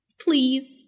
please